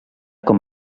com